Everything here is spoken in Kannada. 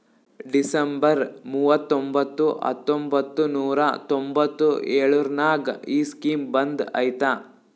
ಡಿಸೆಂಬರ್ ಮೂವತೊಂಬತ್ತು ಹತ್ತೊಂಬತ್ತು ನೂರಾ ತೊಂಬತ್ತು ಎಳುರ್ನಾಗ ಈ ಸ್ಕೀಮ್ ಬಂದ್ ಐಯ್ತ